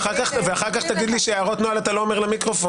אחר כך תגיד לי שאתה לא אומר הערות נוהל למיקרופון.